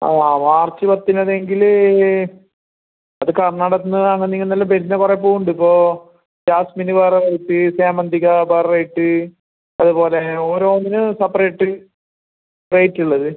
ആ മാർച്ച് പത്തിന് അത് എങ്കിൽ അത് കർണ്ണാടകത്തിൽനിന്ന് അങ്ങുന്നിങ്ങുന്ന് എല്ലാം വരുന്ന കുറേ പൂ ഉണ്ട് ഇപ്പോൾ ജാസ്മിന് വേറെ റേറ്റ് ജമന്തിക വേറെ റേറ്റ് അത് പോലെ ഓരോന്നിനും സെപ്പറേറ്റ് റേറ്റ് ഉള്ളത്